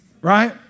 right